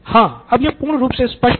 हाँ अब यह पूर्ण रूप से स्पष्ट है